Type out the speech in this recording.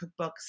cookbooks